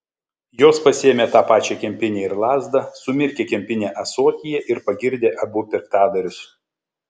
jos pasiėmė tą pačią kempinę ir lazdą sumirkė kempinę ąsotyje ir pagirdė abu piktadarius